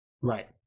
Right